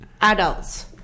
Adults